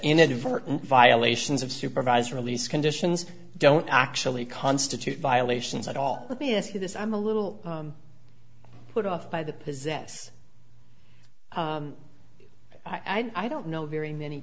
inadvertent violations of supervised release conditions don't actually constitute violations at all let me ask you this i'm a little put off by the possess i don't know very many